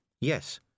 yes